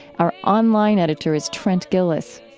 our online editor is trent gilliss.